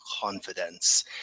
confidence